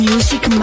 Music